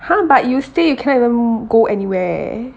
!huh! but you stay you cannot even go anywhere